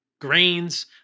grains